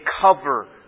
cover